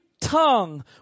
tongue